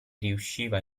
riusciva